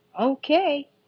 Okay